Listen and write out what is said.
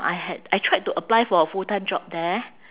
I had I tried to apply for a full-time job there